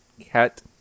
Cat